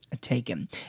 taken